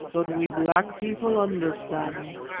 but we black people understand.